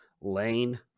lane